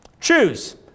Choose